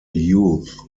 youth